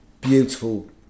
beautiful